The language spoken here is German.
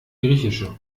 griechische